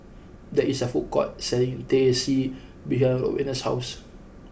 there is a food court selling Teh C behind Rowena's house